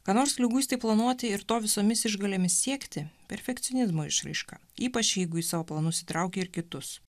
ką nors liguistai planuoti ir to visomis išgalėmis siekti perfekcionizmo išraiška ypač jeigu į savo planus įtrauki ir kitus